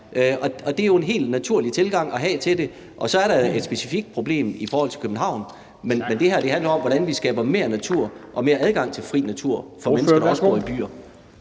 og det er jo en helt naturlig tilgang at have til det. Og så er der et specifikt problem i forhold til København, men det her handler om, hvordan vi skaber mere natur og mere adgang til fri natur for mennesker, der også bor i byer.